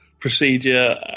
procedure